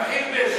גם חילבה.